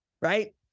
right